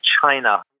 China